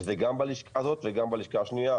וזה גם בלשכה הזאת וגם בלשכה השנייה.